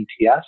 ETS